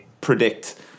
predict